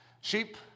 sheep